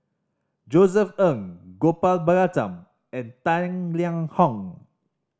Josef Ng Gopal Baratham and Tang Liang Hong